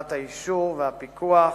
לקבלת האישור והפיקוח